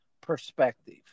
perspective